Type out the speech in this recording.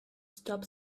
stop